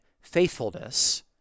faithfulness